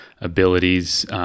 abilities